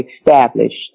established